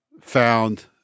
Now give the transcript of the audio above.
found